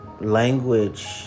language